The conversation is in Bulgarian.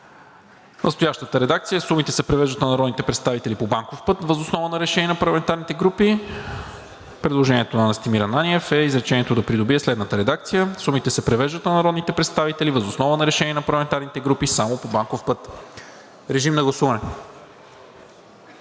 настоящата редакция „сумите се превеждат на народните представители по банков път въз основа на решение на парламентарните групи“. Предложението на Настимир Ананиев е изречението да придобие следната редакция: „сумите се превеждат на народните представители въз основа на решение на парламентарните групи само по банков път.“ Гласували